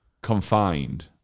confined